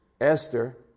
Esther